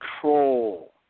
Control